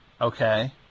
Okay